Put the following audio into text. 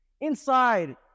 Inside